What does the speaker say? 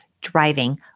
driving